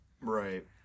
Right